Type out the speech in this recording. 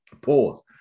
pause